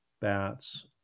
bats